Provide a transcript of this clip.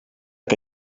que